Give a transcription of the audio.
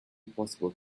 impossible